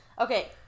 Okay